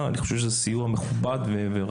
אני חושב שזה מכובד ורצוי,